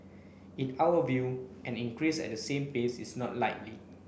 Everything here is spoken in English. in our view an increase at the same pace is not likely